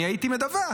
אני הייתי מדווח,